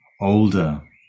older